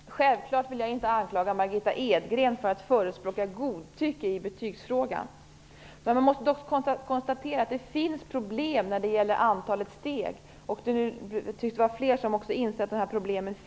Herr talman! Självfallet vill jag inte anklaga Margitta Edgren för att förespråka godtycke i betygsfrågan. Man måste dock konstatera att det finns problem när det gäller antalet betygssteg. Det tycks vara fler som inser dessa problem.